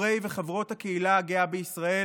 חברי וחברות הקהילה הגאה בישראל,